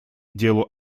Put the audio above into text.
делу